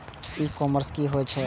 ई commerce की होय छेय?